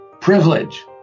privilege